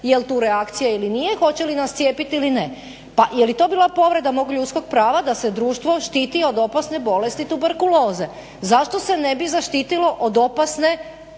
je li tu reakcija ili nije, hoće li nas cijepiti ili ne. Pa je li to bila povreda mog ljudskog prava da se društvo štiti od opasne bolesti tuberkuloze. Zašto se ne bi zaštitilo od opasne